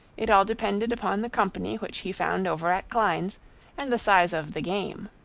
it all depended upon the company which he found over at klein's and the size of the game.